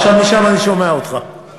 עכשיו משם אני שומע אותך.